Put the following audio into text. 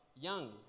young